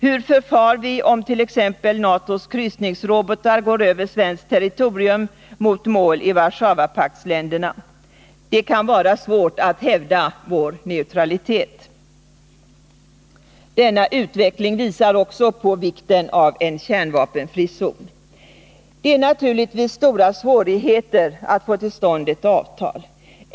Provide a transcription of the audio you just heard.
Hur förfar vi om t.ex. NATO:s kryssningsrobotar går över svenskt territorium mot mål i Warszawapaktsländerna? Det kan vara svårt att hävda vår neutralitet. Denna utveckling visar också på vikten av en kärnvapenfri zon. Det är naturligtvis stora svårigheter att få till stånd ett avtal.